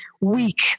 weak